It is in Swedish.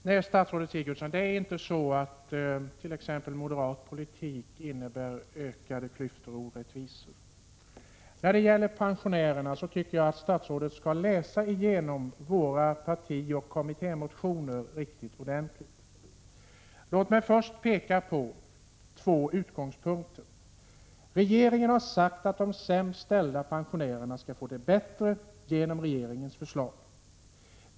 Herr talman! Nej, statsrådet Sigurdsen, moderat politik innebär inte ökade klyftor och orättvisor. När det gäller pensionärerna tycker jag att statsrådet skall läsa igenom våra partioch kommittémotioner riktigt ordentligt. Låt mig först tala om två utgångspunkter. Regeringen har sagt att de sämst ställda pensionärerna skall få det bättre.